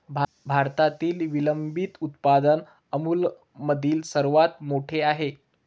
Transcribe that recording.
भारतातील विलंबित उत्पादन अमूलमधील सर्वात मोठे आहे